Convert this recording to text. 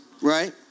Right